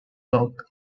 dog